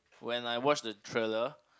when I watch the trailer